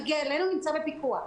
מי שמגיע אלינו נמצא בפיקוח.